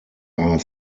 are